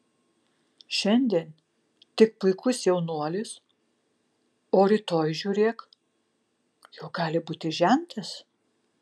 šiandien tik puikus jaunuolis o rytoj žiūrėk jau gali būti žentas